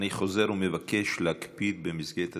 אני חוזר ומבקש להקפיד על מסגרת הזמן,